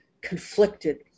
conflicted